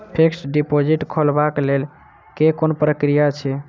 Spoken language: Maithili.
फिक्स्ड डिपोजिट खोलबाक लेल केँ कुन प्रक्रिया अछि?